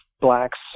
blacks